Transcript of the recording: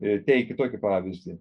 teikė tokį pavyzdį